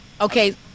Okay